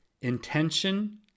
intention